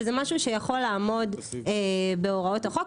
זה משהו שיכול לעמוד בהוראות החוק.